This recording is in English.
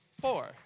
four